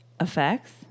Effects